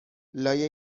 لای